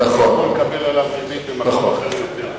אני יכול לקבל עליו ריבית במקום אחר יותר טוב.